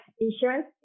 insurance